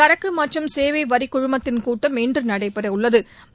சரக்கு மற்றும் சேவை வரிக்குழுமத்தின் கூட்டம் இன்று நடைபெறவுளள்து